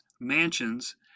mansions